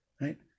right